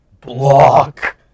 block